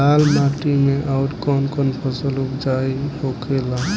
लाल माटी मे आउर कौन कौन फसल उपजाऊ होखे ला?